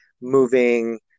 moving